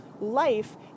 life